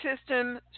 system